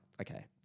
okay